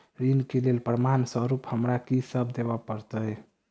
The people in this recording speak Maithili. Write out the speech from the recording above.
ऋण केँ लेल प्रमाण स्वरूप हमरा की सब देब पड़तय?